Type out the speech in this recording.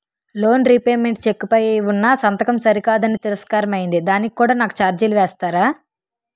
Loan repayment cheque పై ఉన్నా సంతకం సరికాదు అని తిరస్కారం అయ్యింది దానికి కూడా నాకు ఛార్జీలు వేస్తారా?